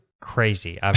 Crazy